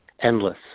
endless